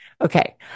Okay